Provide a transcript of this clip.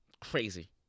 Crazy